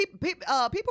People